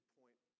point